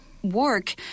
Work